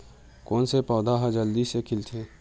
कोन से पौधा ह जल्दी से खिलथे?